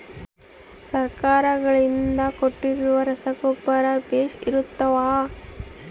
ಸರ್ಕಾರಗಳಿಂದ ಕೊಟ್ಟಿರೊ ರಸಗೊಬ್ಬರ ಬೇಷ್ ಇರುತ್ತವಾ?